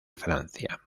francia